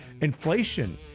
Inflation